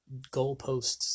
goalposts